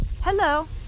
hello